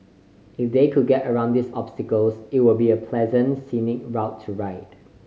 if they could get around these obstacles it would be a pleasant scenic route to ride